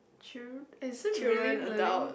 true is it really learning